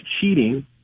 cheating